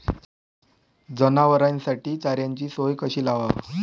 जनावराइसाठी चाऱ्याची सोय कशी लावाव?